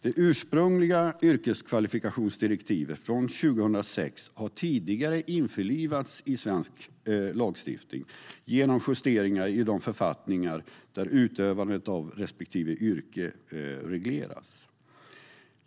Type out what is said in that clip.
Det ursprungliga yrkeskvalifikationsdirektivet från 2006 har tidigare införlivats i svensk lagstiftning genom justeringar i de författningar där utövandet av respektive yrke regleras.